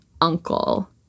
uncle